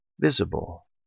visible